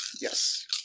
yes